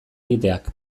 egiteak